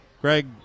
Greg